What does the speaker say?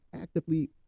actively